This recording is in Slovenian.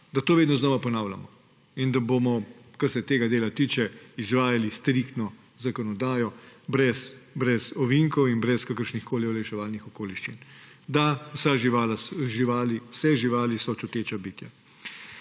da to vedno znova ponavljamo, in da bomo, kar se tega dela tiče, izvajali striktno zakonodajo brez ovinkov in brez kakršnihkoli olajševalnih okoliščin. Da, vse živali so čuteča bitja.